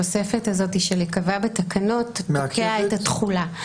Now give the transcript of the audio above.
הרבה פעמים התוספת הזאת "ייקבע בתקנות" תוקע את התחולה.